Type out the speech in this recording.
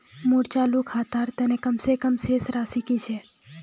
मोर चालू खातार तने कम से कम शेष राशि कि छे?